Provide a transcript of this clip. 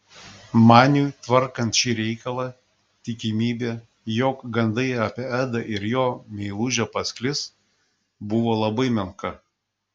maniui tvarkant šį reikalą tikimybė jog gandai apie edą ir jo meilužę pasklis buvo labai menka